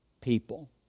people